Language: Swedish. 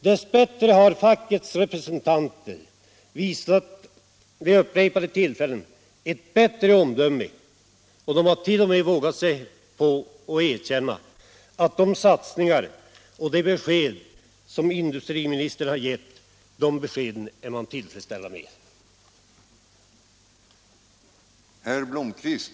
Dess bättre har fackets representanter vid upprepade tillfällen visat ett bättre omdöme. De har t.o.m. vågat sig på att erkänna att man är till freds med de satsningar och det besked som industriministern har gett.